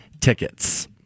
tickets